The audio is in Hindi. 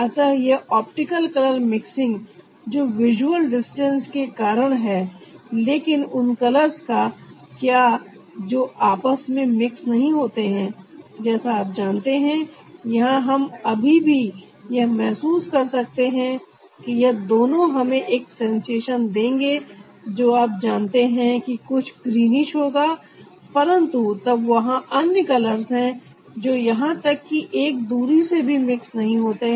अतः यह ऑप्टिकल कलर मिक्सिंग जो विजुअल डिस्टेंस के कारण है लेकिन उन कलर्स का क्या जो आपस में मिक्स नहीं होते हैं जैसा आप जानते हैं यहां हम अभी भी यह महसूस कर सकते हैं कि यह दोनों हमें एक सेंसेशन देंगे जो आप जानते हैं कि कुछ ग्रीनीश होगा परंतु तब वहां अन्य कलर्स हैं जो यहां तक कि एक दूरी से भी मिक्स नहीं होते हैं